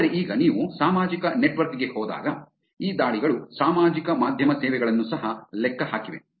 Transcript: ಆದರೆ ಈಗ ನೀವು ಸಾಮಾಜಿಕ ನೆಟ್ವರ್ಕ್ ಗೆ ಹೋದಾಗ ಈ ದಾಳಿಗಳು ಸಾಮಾಜಿಕ ಮಾಧ್ಯಮ ಸೇವೆಗಳನ್ನು ಸಹ ಲೆಕ್ಕಹಾಕಿವೆ